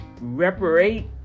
reparate